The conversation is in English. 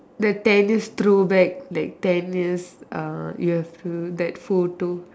the ten years throwback like ten years uh you have to that photo